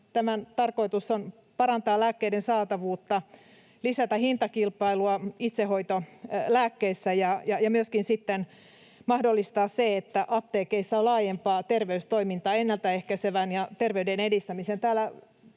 Tämän tarkoitus on parantaa lääkkeiden saatavuutta, lisätä hintakilpailua itsehoitolääkkeissä ja myöskin sitten mahdollistaa se, että apteekeissa on laajempaa terveystoimintaa ennalta ehkäisevään toimintaan ja terveyden edistämiseen.